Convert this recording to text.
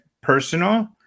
personal